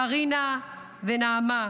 קרינה ונעמה.